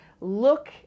look